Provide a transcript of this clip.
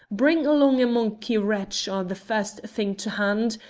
bring along a monkey-wrench or the first thing to hand.